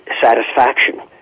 satisfaction